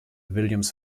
williams